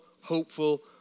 hopeful